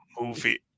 movie